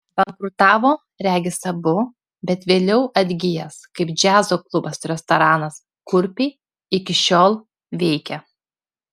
bankrutavo regis abu bet vėliau atgijęs kaip džiazo klubas restoranas kurpiai iki šiol veikia